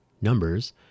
numbers